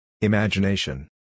Imagination